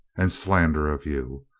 and slander of you.